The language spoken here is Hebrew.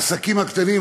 העסקים הקטנים,